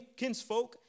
kinsfolk